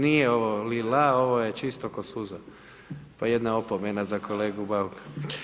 Nije ovo li la, ovo je čisto ko suza, pa jedna opomena za kolegu Bauka.